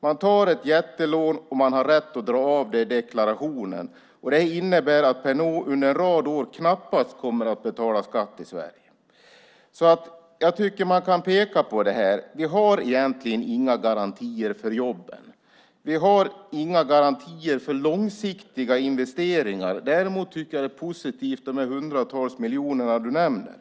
Man tar ett jättelån, och man har rätt att dra av det i deklarationen. Det innebär att Pernod under en rad år knappast kommer att betala skatt i Sverige. Jag tycker att man kan peka på det här. Vi har egentligen inga garantier för jobben. Vi har inga garantier för långsiktiga investeringar. Däremot tycker jag att det är positivt med de hundratals miljoner du nämner.